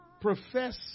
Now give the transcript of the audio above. profess